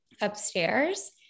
upstairs